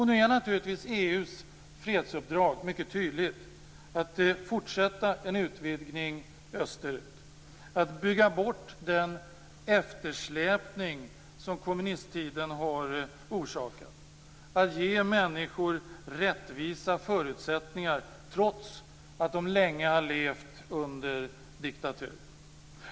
Nu är EU:s fredsuppdrag naturligtvis mycket tydligt att fortsätta en utvidgning österut, att bygga bort den eftersläpning som kommunisttiden har orsakat och att ge människor rättvisa förutsättningar trots att de länge har levt under diktatur.